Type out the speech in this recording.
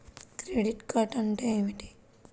Credit అంటే ఏమిటి?